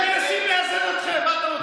אנחנו מבקשים לאזן אתכם, מה אתה רוצה?